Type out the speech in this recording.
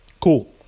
Cool